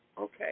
Okay